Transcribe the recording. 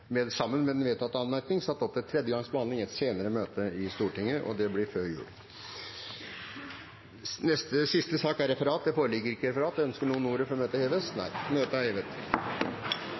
med den vedtatte anmerkning – vil bli satt opp til tredje gangs behandling i et senere møte i Stortinget. Det foreligger ikke noe referat. Forlanger noen ordet før møtet heves? – Møtet er hevet.